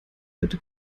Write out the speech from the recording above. bitte